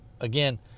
again